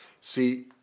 See